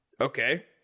Okay